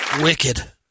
Wicked